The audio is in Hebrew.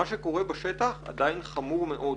מה שקורה בשטח עדיין חמור מאוד,